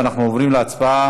אנחנו עוברים להצבעה